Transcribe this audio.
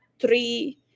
three